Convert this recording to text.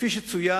כפי שצוין,